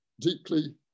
deeply